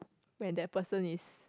when that person is